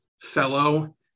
fellow